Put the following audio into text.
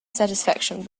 satisfaction